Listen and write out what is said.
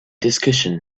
discussion